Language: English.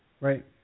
Right